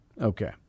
Okay